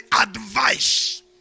advice